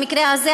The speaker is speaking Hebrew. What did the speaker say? במקרה הזה,